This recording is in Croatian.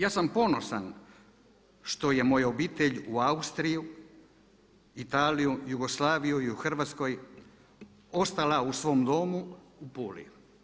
Ja sam ponosan što je moja obitelj u Austriji, Italiji, Jugoslaviji i u Hrvatskoj ostala u svom domu u Puli.